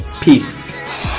Peace